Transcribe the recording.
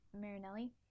Marinelli